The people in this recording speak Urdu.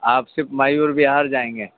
آپ صرف میور وہار جائیں گے